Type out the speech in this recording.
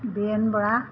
Biren Bora